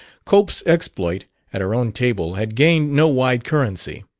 cope's exploit at her own table had gained no wide currency.